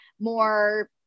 more